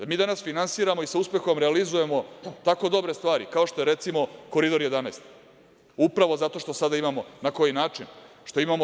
Mi danas finansiramo i sa uspehom realizujemo tako dobre stvari kao što je, recimo, Koridor 11 upravo zato što sada imamo na koji način, što imamo.